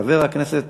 חברת הכנסת